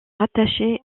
rattachée